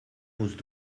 musst